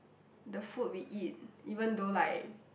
the food we eat even though like